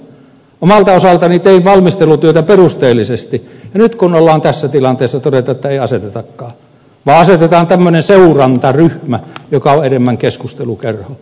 omalta osaltani tein valmistelutyötä perusteellisesti ja nyt kun ollaan tässä tilanteessa todetaan että ei asetetakaan vaan asetetaan tämmöinen seurantaryhmä joka on enemmän keskustelukerho